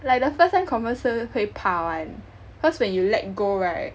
like the first time confirm 是会怕 [one] cause when you let go right